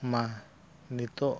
ᱢᱟ ᱱᱤᱛᱳᱜ